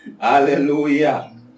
Hallelujah